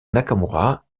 nakamura